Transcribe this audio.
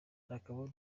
harakabaho